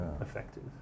effective